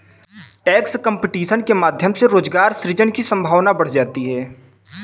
tax competition के माध्यम से रोजगार सृजन की संभावना बढ़ जाती है